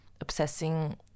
obsessing